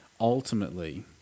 ultimately